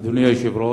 אדוני היושב-ראש,